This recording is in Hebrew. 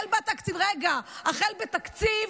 החל בתקציב,